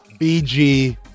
BG